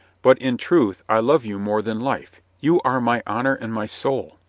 but in truth i love you more than life. you are my honor and my soul.